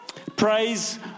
praise